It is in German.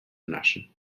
naschen